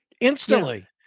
instantly